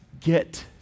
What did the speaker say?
get